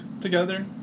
together